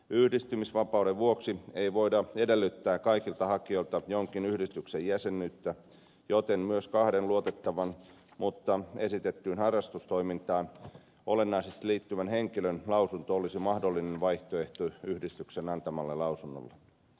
yhdistymisvapauden vuoksi ei voida edellyttää kaikilta hakijoilta jonkin yhdistyksen jäsenyyttä joten myös kahden luotettavan mutta esitettyyn harrastustoimintaan olennaisesti liittyvän henkilön lausunto olisi mahdollinen vaihtoehto yhdistyksen antamalle lausunnolle